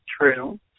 True